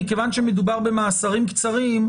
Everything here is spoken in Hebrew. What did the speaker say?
מכיוון שמדובר במאסרים קצרים,